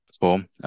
form